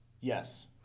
Yes